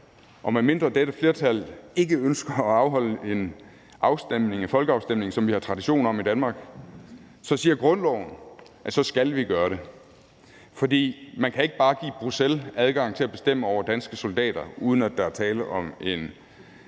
og medmindre dette flertal ikke ønsker at afholde en folkeafstemning, som vi har tradition for i Danmark – at vi skal gøre det. For man kan ikke bare give Bruxelles adgang til at bestemme over danske soldater, uden at der er tale om en